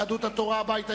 יהדות התורה והבית היהודי,